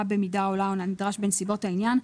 במידה העולה על הנדרש בנסיבות העניין.